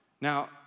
Now